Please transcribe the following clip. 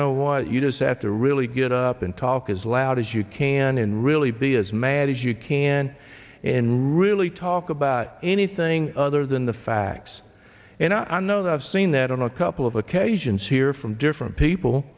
know what you just have to really get up and talk as loud as you can and really be as mad as you can and really talk about anything other than the facts and i know that i've seen that on a couple of occasions here from different people